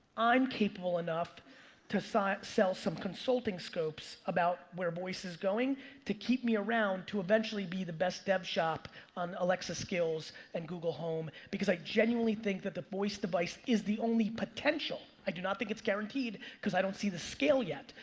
i'm capable enough to sell sell some consulting scopes about where voice is going to keep me around to eventually be the best dev shop on alexa skills and goggle home because i genuinely think that the voice device is the only potential, i do not think it's guaranteed, cause i don't see the scale yet.